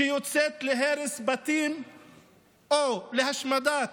שיוצאת להרס בתים או להשמדת